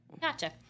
Gotcha